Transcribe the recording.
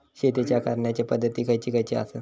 शेतीच्या करण्याचे पध्दती खैचे खैचे आसत?